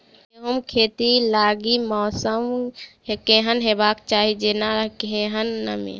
गेंहूँ खेती लागि मौसम केहन हेबाक चाहि जेना केहन नमी?